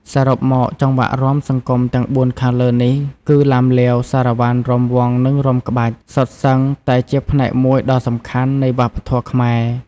សរុបមក ចង្វាក់រាំសង្គមទាំងបួនខាងលើនេះ គឺ ឡាំលាវ សារ៉ាវ៉ាន់ រាំវង់ និងរាំក្បាច់ សុទ្ធសឹងតែជាផ្នែកមួយដ៏សំខាន់នៃវប្បធម៌ខ្មែរ